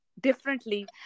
differently